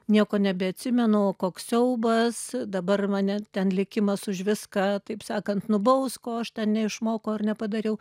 nieko nebeatsimenu o koks siaubas dabar mane ten likimas už viską taip sakant nubaus ko aš ten neišmokau ar nepadariau